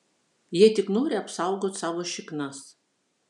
jie tik nori apsaugot savo šiknas